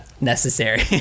necessary